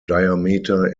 diameter